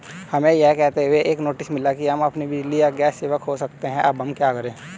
हमें यह कहते हुए एक नोटिस मिला कि हम अपनी बिजली या गैस सेवा खो सकते हैं अब हम क्या करें?